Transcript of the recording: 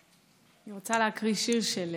אני רוצה להקריא שיר של